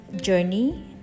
journey